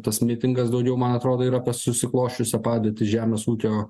tas mitingas daugiau man atrodo yra apie susiklosčiusią padėtį žemės ūkio